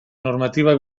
normativa